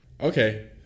Okay